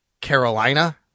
Carolina